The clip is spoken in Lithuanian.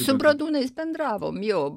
su bradūnais bendravom jo